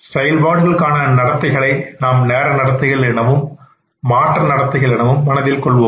செயல்பாட்டுக்கான நடத்தைகளை நாம் நேர நடத்தைகள் எனவும் மாற்ற நடத்தைகள் எனவும் மனதில் கொள்ளுவோம்